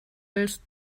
willst